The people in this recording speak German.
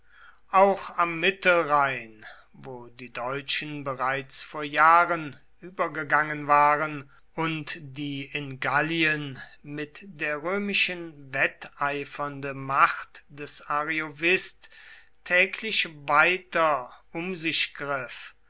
auch am mittelrhein wo die deutschen bereits vor jahren übergegangen waren und die in gallien mit der römischen wetteifernde macht des ariovist täglich weiter um sich griff